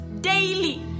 Daily